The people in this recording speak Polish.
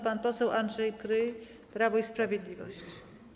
Pan poseł Andrzej Kryj, Prawo i Sprawiedliwość.